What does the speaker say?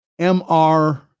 MR